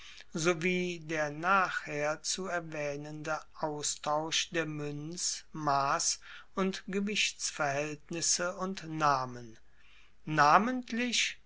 sowie der nachher zu erwaehnende austausch der muenz mass und gewichtsverhaeltnisse und namen namentlich